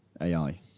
AI